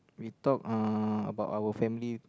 we talk uh about our family